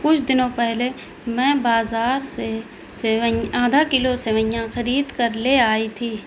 کچھ دنوں پہلے میں بازار سے سیوئی آدھا کیلو سیویاں خرید کر لے آئی تھی